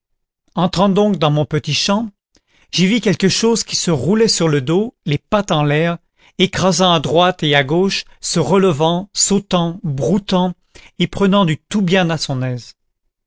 entrant donc dans mon petit champ j'y vis quelque chose qui se roulait sur le dos les pattes en l'air écrasant à droite et à gauche se relevant sautant broutant et prenant du tout bien à son aise